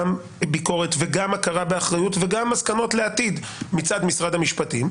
ביקורת וגם הכרה באחריות וגם הסכמות לעתיד מצד משרד המשפטים.